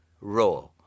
raw